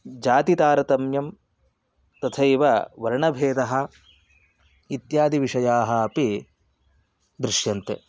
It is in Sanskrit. जातितारतम्यं तथैव वर्णभेदः इत्यादिविषयाः अपि दृश्यन्ते